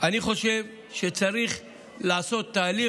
שצריך לעשות תהליך.